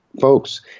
folks